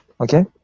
Okay